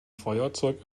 feuerzeug